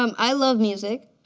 um i love music.